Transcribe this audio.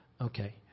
Okay